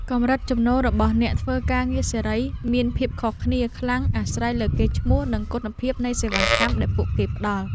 កម្រិតចំណូលរបស់អ្នកធ្វើការងារសេរីមានភាពខុសគ្នាខ្លាំងអាស្រ័យលើកេរ្តិ៍ឈ្មោះ និងគុណភាពនៃសេវាកម្មដែលពួកគេផ្តល់។